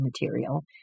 material